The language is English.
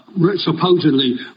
supposedly